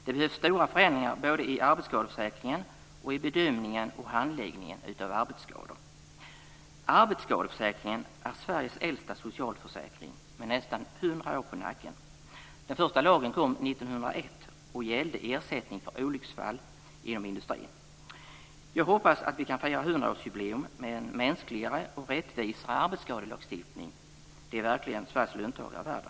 Det behövs stora förändringar både i arbetsskadeförsäkringen och i bedömningen och handläggningen av arbetsskador. Arbetsskadeförsäkringen är Sveriges äldsta socialförsäkring med nästan 100 år på nacken. Den första lagen kom 1901 och gällde ersättning för olycksfall inom industrin. Jag hoppas att vi kan fira 100 årsjubileum med en mänskligare och rättvisare arbetsskadelagstiftning. Det är verkligen Sveriges löntagare värda.